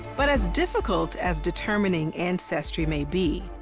but as difficult as determining ancestry may be,